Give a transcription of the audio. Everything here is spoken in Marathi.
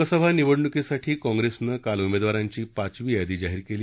लोकसभा निवडणुकीसाठी काँग्रेसनं काल उमेदवारांची पाचवी यादी जाहीर केली